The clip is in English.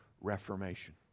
Reformation